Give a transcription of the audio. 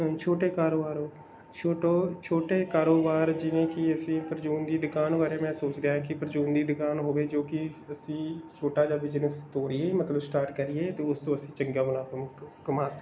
ਛੋਟੇ ਕਾਰੋਬਾਰ ਛੋਟੇ ਛੋਟੇ ਕਾਰੋਬਾਰ ਜਿਵੇਂ ਕਿ ਅਸੀਂ ਪਰਚੂਨ ਦੀ ਦੁਕਾਨ ਬਾਰੇ ਮੈਂ ਸੋਚ ਰਿਹਾ ਹਾਂ ਕਿ ਪਰਚੂਨ ਦੀ ਦੁਕਾਨ ਹੋਵੇ ਜੋ ਕਿ ਅਸੀਂ ਛੋਟਾ ਜਿਹਾ ਬਿਜ਼ਨਸ ਤੋਰੀਏ ਮਤਲਬ ਸਟਾਰਟ ਕਰੀਏ ਤੇ ਉਸ ਤੋਂ ਅਸੀਂ ਚੰਗਾ ਮੁਨਾਫ਼ਾ ਕ ਕਮਾ ਸਕੀਏ